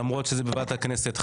למרות שהוא בוועדת הכנסת,